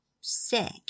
sick